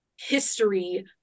history